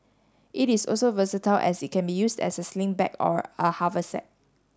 it is also versatile as it can be used as a sling bag or a haversack